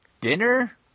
dinner